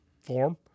form